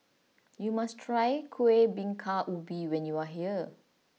you must try Kuih Bingka Ubi when you are here